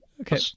okay